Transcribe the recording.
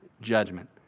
judgment